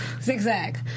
Zigzag